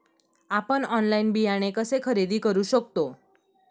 आपण ऑनलाइन बियाणे कसे खरेदी करू शकतो?